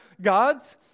gods